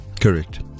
correct